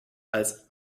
als